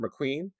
McQueen